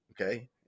Okay